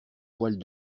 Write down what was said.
poils